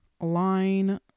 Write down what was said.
line